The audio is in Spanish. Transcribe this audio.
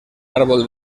árbol